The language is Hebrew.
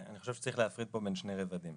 אני חושב שצריך להפריד פה בין שני רבדים.